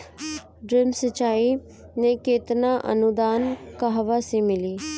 Drip सिंचाई मे केतना अनुदान कहवा से मिली?